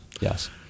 yes